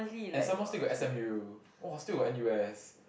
and some more still got s_m_u oh still N_U_S